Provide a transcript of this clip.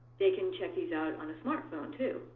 they can check these out on a smartphone, too.